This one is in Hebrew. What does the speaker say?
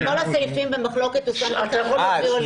על כל הסעיפים במחלוקת אתה יכול לחזור עליהם.